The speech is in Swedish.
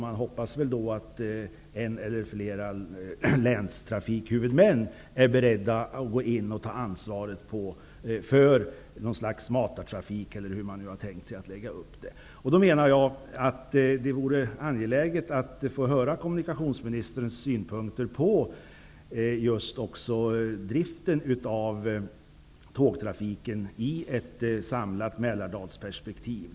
De hoppas väl att en eller flera länstrafikhuvudmän är beredda att gå in och ta ansvaret för något slags matartrafik eller liknande. Det vore angeläget att få höra kommunikationsministerns synpunkter på driften av tågtrafiken ur ett samlat Mälardalsperspektiv.